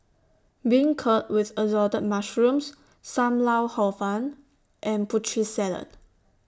Beancurd with Assorted Mushrooms SAM Lau Hor Fun and Putri Salad